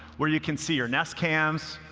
where you can see your nest cams,